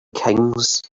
kings